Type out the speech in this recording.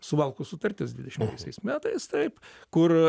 suvalkų sutartis dvidešimtaisiais metais taip kur